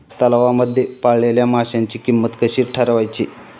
तलावांमध्ये पाळलेल्या माशांची किंमत कशी ठरवायची?